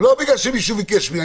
לא בגלל שמישהו ביקש ממני,